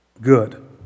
good